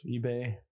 ebay